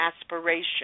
aspiration